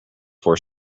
were